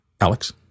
Alex